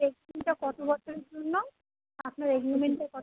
এগ্রিমেন্টটা কতো বছরের জন্য আপনার এগ্রিমেন্টটা কতো